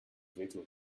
wehtun